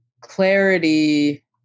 clarity